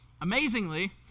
amazingly